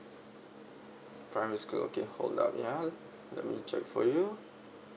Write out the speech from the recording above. primary school okay hold up ya let me check for you